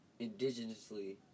indigenously